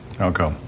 Okay